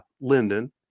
Linden